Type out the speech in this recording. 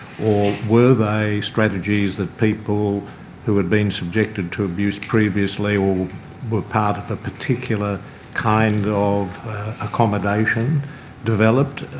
or were they strategies that people who had been subjected to abuse previously or were part of a particular kind of accommodation developed?